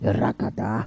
rakata